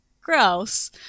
gross